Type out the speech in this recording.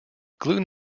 gluten